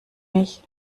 mich